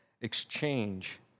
exchange